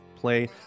play